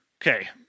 Okay